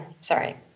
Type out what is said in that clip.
Sorry